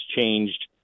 changed